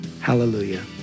hallelujah